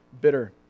bitter